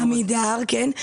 עמידר, כן.